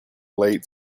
late